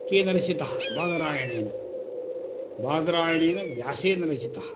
केन रचितः बादरायणेन बादरायणेन व्यासेन रचितः